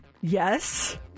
yes